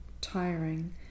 tiring